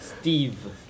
Steve